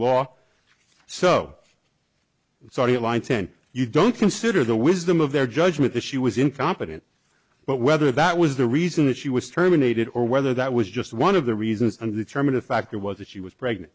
law so sorry line ten you don't consider the wisdom of their judgment that she was incompetent but whether that was the reason that she was terminated or whether that was just one of the reasons and determine a factor was that she was pregnant